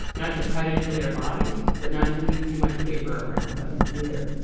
not to cut into their bodies, but not to leave too much paper around them either.